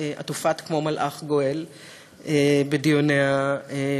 את הופעת כמו מלאך גואל בדיוני הוועדה,